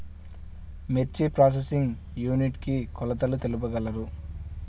మిర్చి processing unit కి కొలతలు తెలుపగలరు?